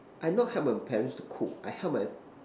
I not help my parents to cook I help my